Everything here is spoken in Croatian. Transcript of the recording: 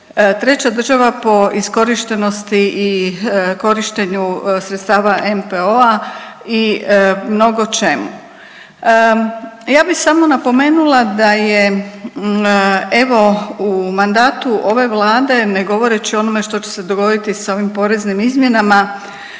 Treća država po iskorištenosti i korištenju sredstava NPO-a i mnogočemu. Ja bi samo napomenula da je evo u mandatu ove Vlade ne govoreći o onome što će se dogoditi s ovim poreznim izmjenama